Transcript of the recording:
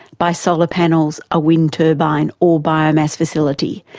by solar panels, a wind turbine or biomass facility,